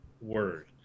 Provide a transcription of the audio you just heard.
word